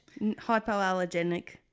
hypoallergenic